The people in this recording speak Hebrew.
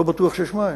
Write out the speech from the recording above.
ולא בטוח שיש מים.